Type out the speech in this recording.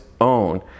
own